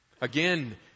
again